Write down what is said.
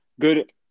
good